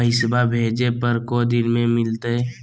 पैसवा भेजे पर को दिन मे मिलतय?